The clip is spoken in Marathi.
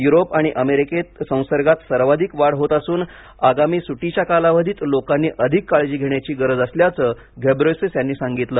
युरोप आणि अमेरिकेत संसर्गात सर्वाधिक वाढ होत असून आगामी सुटीच्या कालावधीत लोकांनी अधिक काळजी घेण्याची गरज असल्याचं घेब्रेयेसूस यांनी सांगितलं